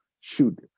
Shoot